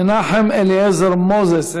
מנחם אליעזר מוזס,